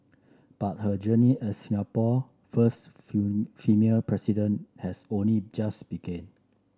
but her journey as Singapore first female President has only just begin